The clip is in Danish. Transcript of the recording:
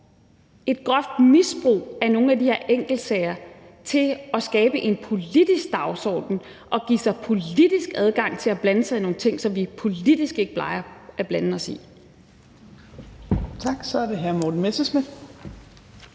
et groft misbrug af nogle af de her enkeltsager til at skabe en politisk dagsorden og give sig politisk adgang til at blande sig i nogle ting, som vi politisk ikke plejer at blande os i.